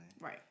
Right